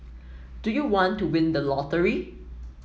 do you want to win the lottery